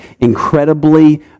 incredibly